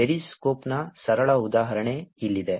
ಪೆರಿಸ್ಕೋಪ್ನ ಸರಳ ಉದಾಹರಣೆ ಇಲ್ಲಿದೆ